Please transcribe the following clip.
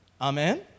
Amen